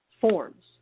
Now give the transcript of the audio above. forms